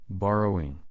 borrowing